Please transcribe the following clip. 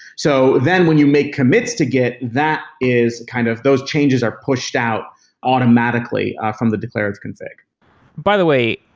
so then when you make commits to git, that is kind of those changes are pushed out automatically from the declarative config by the way,